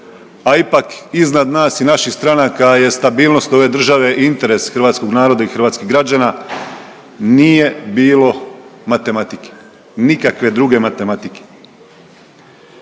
a ipak iznad nas i naših stranaka je stabilnost ove države i interes hrvatskog naroda i hrvatskih građana nije bilo matematike, nikakve druge matematike.